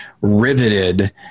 riveted